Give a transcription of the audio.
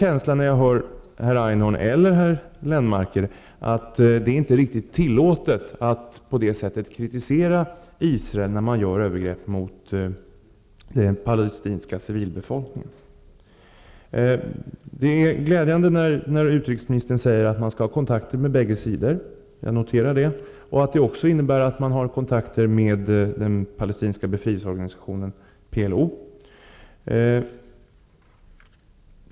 Men när jag hör herr Einhorn eller herr Lennmarker får jag en känsla av att det inte är riktigt tillåtet att kritisera Israel på det sättet när Israel gör övergrepp mot den palestinska civilbefolkningen. Det är glädjande att höra utrikeministern säga att man skall ha kontakter med bägge sidor. Jag noterar det. Det innebär också att man har kontakter med den palestinska befrielseorganisationen, PLO.